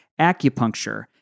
acupuncture